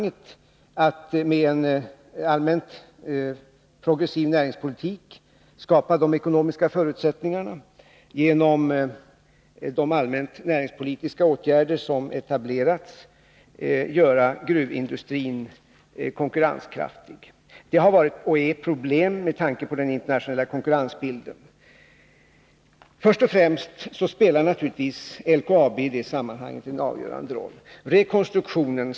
Vi har med en allmänt progressiv näringspolitik strävat efter att göra gruvindustrin konkurrenskraftig. Det har varit och är problem, med tanke på den internationella konkurrensbilden. Först och främst spelar naturligtvis LKAB en avgörande roll i detta sammanhang.